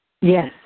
Yes